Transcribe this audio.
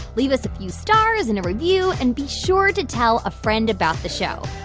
leave us a few stars and a review and be sure to tell a friend about the show.